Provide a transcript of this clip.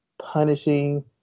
punishing